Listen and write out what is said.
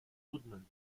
woodman